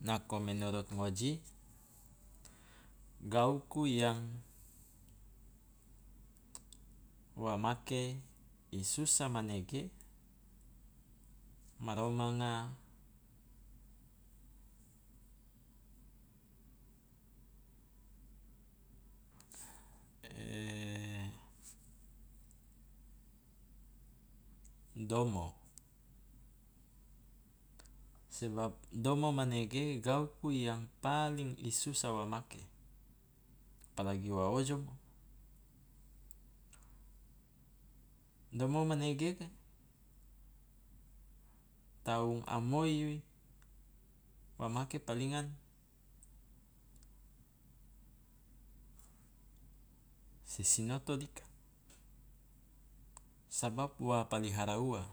Nako menurut ngoji gauku yang wa make i susah manega ma romanga domo, sebab domo manege gauku yang paling i susah wa make, apalagi wa ojomo. Domo manege taung a moi wa make palingan sisinoto dika, sabab wa palihara ua.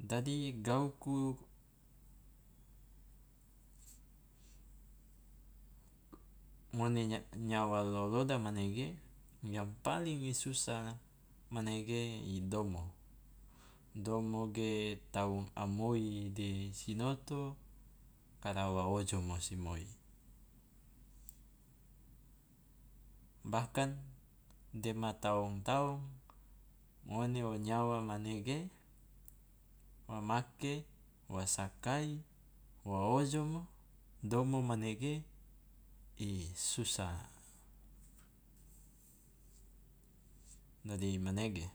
Dadi gauku ngone nya- nyawa loloda manege yang paling i susah manege i domo, domo ge taung amoi de sinoto kara wa ojomo si moi, bahkan dema taong taong ngone o nyawa manege wa make, wa sakai, wa ojomo domo manege i susah, dadi manege.